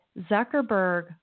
Zuckerberg